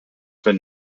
been